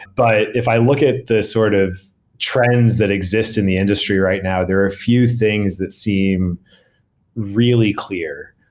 but if i look at the sort of trends that exist in the industry right now, there are a few things that seem really clear.